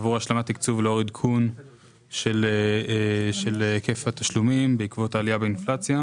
עבור השלמת תקצוב לאור עדכון של היקף התשלומים בעקבות העלייה באינפלציה.